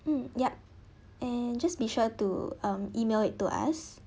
mm yup and just be sure to um email it to us